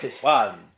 One